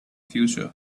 future